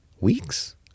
Weeks